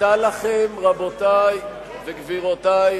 רבותי וגבירותי,